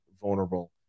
vulnerable